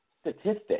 statistics